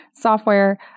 software